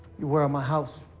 you were at my house.